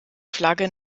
flagge